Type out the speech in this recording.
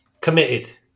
committed